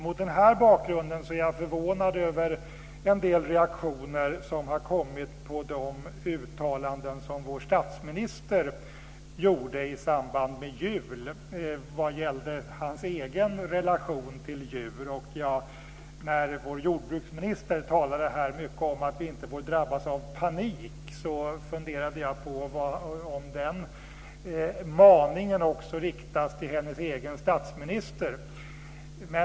Mot denna bakgrund är jag förvånad över en del reaktioner som har kommit på de uttalanden som vår statsminister gjorde i samband med jul vad gällde hans egen relation till djur. När vår jordbruksminister här talade mycket om att vi inte får drabbas av panik funderade jag på om den maningen också riktas till hennes egen statsminister.